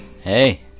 Hey